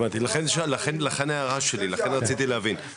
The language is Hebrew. הבנתי, לכן ההערה שלי, לכן רציתי להבין.